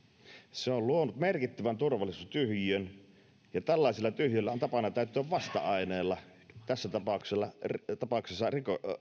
se on luonut merkittävän turvallisuustyhjiön ja tällaisilla tyhjiöillä on tapana täyttyä vasta aineilla tässä tapauksessa tapauksessa